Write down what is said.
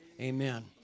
Amen